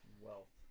Wealth